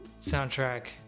soundtrack